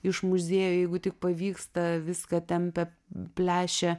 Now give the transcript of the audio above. iš muziejų jeigu tik pavyksta viską tempia plešia